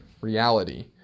reality